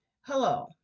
Hello